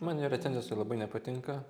man jo recenzijos tai labai nepatinka